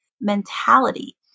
mentality